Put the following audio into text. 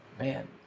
man